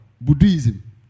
Buddhism